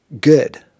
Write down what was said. good